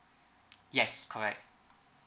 yes correct